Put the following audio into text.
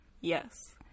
Yes